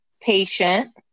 patient